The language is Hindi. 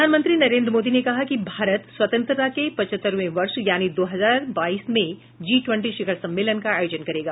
प्रधानमंत्री नरेंद्र मोदी ने कहा है कि भारत स्वतंत्रता के पचहत्तरवें वर्ष यानि दो हजार बाईस में जी टवेन्टी शिखर सम्मेलन का आयोजन करेगा